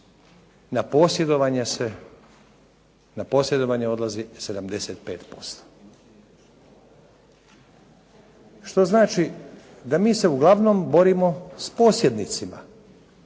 opojnih droga, na posjedovanje odlazi 75%. Što znači da se mi uglavnom borimo sa posjednicima.